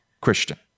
Christian